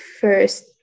first